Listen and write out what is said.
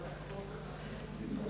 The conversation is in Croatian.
Hvala